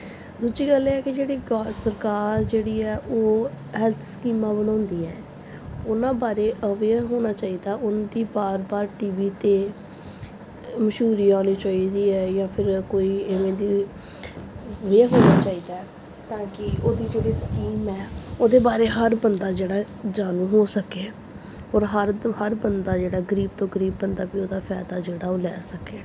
ਦੂਜੀ ਗੱਲ ਇਹ ਕਿ ਜਿਹੜੀ ਗੋ ਸਰਕਾਰ ਜਿਹੜੀ ਹੈ ਉਹ ਹੈਲਥ ਸਕੀਮਾਂ ਬਣਾਉਂਦੀ ਹੈ ਉਹਨਾਂ ਬਾਰੇ ਅਵੇਅਰ ਹੋਣਾ ਚਾਹੀਦਾ ਉਹਨਾਂ ਦੀ ਵਾਰ ਵਾਰ ਟੀ ਵੀ 'ਤੇ ਮਸ਼ਹੂਰੀ ਆਉਣੀ ਚਾਹੀਦੀ ਹੈ ਜਾਂ ਫਿਰ ਕੋਈ ਇਵੇਂ ਦੀ ਹੋਣਾ ਚਾਹੀਦਾ ਤਾਂ ਕਿ ਉਹਦੀ ਜਿਹੜੀ ਸਕੀਮ ਹੈ ਉਹਦੇ ਬਾਰੇ ਹਰ ਬੰਦਾ ਜਿਹੜਾ ਜਾਣੂ ਹੋ ਸਕੇ ਔਰ ਹਰ ਹਰ ਬੰਦਾ ਜਿਹੜਾ ਗਰੀਬ ਤੋਂ ਗਰੀਬ ਬੰਦਾ ਵੀ ਉਹਦਾ ਫਾਇਦਾ ਜਿਹੜਾ ਉਹ ਲੈ ਸਕੇ